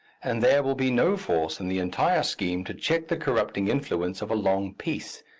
and there will be no force in the entire scheme to check the corrupting influence of a long peace,